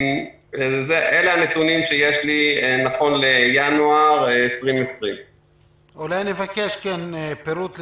אלה הנתונים שיש לי נכון לינואר 2020. אולי נבקש פירוט לזה.